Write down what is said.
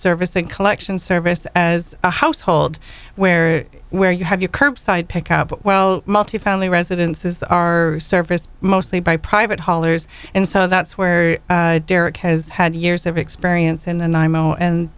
service and collection service as a household where where you have your curbside pick out but well multi family residences are serviced mostly by private haulers and so that's where derek has had years of experience in and i know and